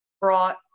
brought